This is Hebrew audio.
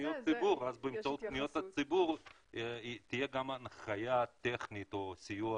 באמצעות פניות ציבור תהיה גם הנחיה טכנית או סיוע